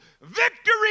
victory